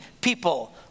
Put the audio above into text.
people